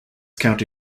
county